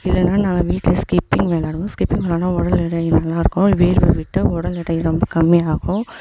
இல்லைன்னா நாங்கள் வீட்டில் ஸ்கிப்பிங் விளாடுவோம் ஸ்கிப்பிங் விளாடுனா உடல் எடை நல்லாயிருக்கும் வேர்வை விட்டால் உடல் எடை ரொம்ப கம்மியாகும்